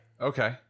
okay